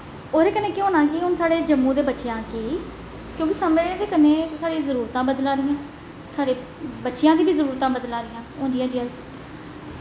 ओह्दे कन्नै केह् होना कि हून साढ़े जम्मू दे बच्चेआं गी क्योंकि समें दा कन्नै साढ़ी जरूरतां बदला दियां साढ़े बच्चेआं दियां बी जरूरतां बदला दियां हून जियां जियां अस